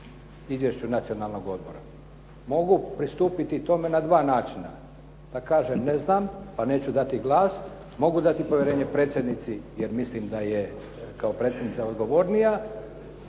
izvješću nacionalnog odbora. Mogu pristupiti tome na dva načina, da kažem ne znam, pa neću dati glas, mogu dati povjerenje predsjednici jer mislim da je kao predsjednica odgovornija.